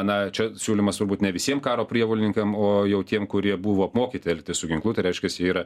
na čia siūlymas turbūt ne visiem karo prievolininkam o jau tiem kurie buvo apmokyti elgtis su ginklu tai reiškiasi yra